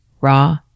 raw